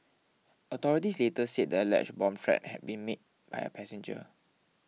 authorities later said the alleged bomb threat had been made by a passenger